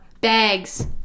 bags